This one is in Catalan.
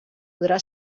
podrà